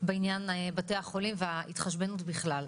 בעניין בתי החולים והתחשבנות בכלל,